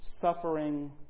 suffering